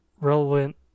relevant